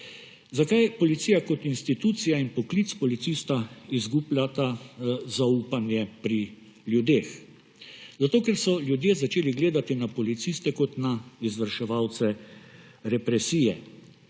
Zakaj Policija kot institucija in poklic policista izgubljata zaupanje pri ljudeh? Ker so ljudje začeli gledati na policiste kot na izvrševalce represije.